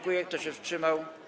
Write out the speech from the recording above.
Kto się wstrzymał?